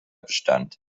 bestand